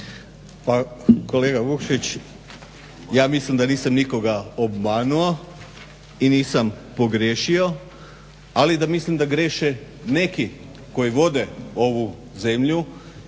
Pa kolega Vukšić ja mislim da nisam nikoga obmanuo i nisam pogriješio, ali da mislim da griješe neki koji vode ovu zemlju,